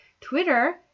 Twitter